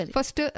First